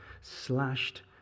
slashed